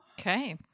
okay